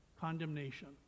condemnation